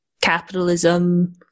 capitalism